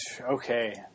Okay